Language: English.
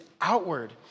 outward